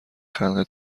خلق